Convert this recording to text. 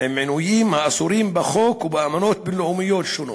עם עינויים האסורים בחוק ובאמנות בין-לאומיות שונות,